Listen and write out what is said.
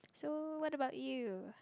so what about you